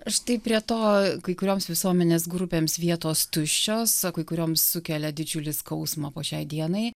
štai prie to kai kurioms visuomenės grupėms vietos tuščios o kai kurioms sukelia didžiulį skausmą po šiai dienai